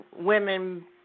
women